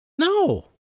No